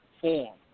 form